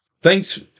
Thanks